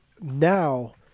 now